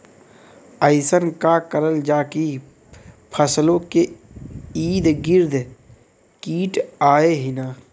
अइसन का करल जाकि फसलों के ईद गिर्द कीट आएं ही न?